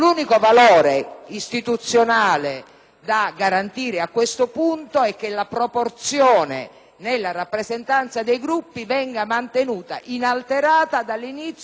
da garantire, a questo punto, è che la proporzione nella rappresentanza dei Gruppi venga mantenuta inalterata dall'inizio alla fine del funzionamento dell'organo,